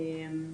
הגורמים.